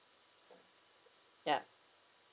ya